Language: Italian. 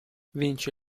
vince